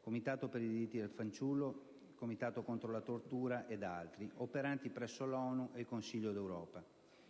(Comitato per i diritti del fanciullo, Comitato contro la tortura ed altri) operanti presso l'ONU e il Consiglio d'Europa.